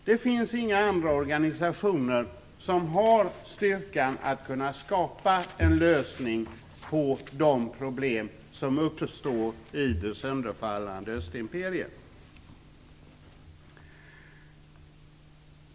Det finns inga andra organisationer som har styrkan att kunna skapa en lösning på de problem som återstår i det sönderfallande östimperiet.